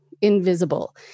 invisible